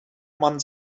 man